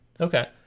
Okay